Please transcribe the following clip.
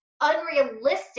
unrealistic